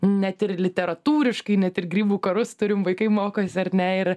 net ir literatūriškai net ir grybų karus turim vaikai mokosi ar ne ir